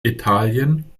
italien